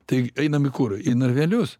tai einam į kur į narvelius